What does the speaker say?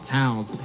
towns